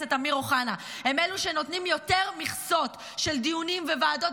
הכנסת אמיר אוחנה הם אלה שנותנים יותר מכסות של דיונים וועדות,